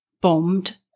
bombed